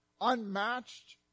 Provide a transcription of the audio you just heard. unmatched